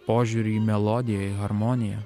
požiūrį įmelodiją į harmoniją